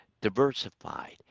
diversified